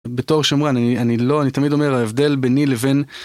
בתור שמרן, אני לא, אני תמיד אומר ההבדל ביני לבין.